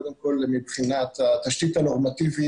קודם כל התשתית הנורמטיבית.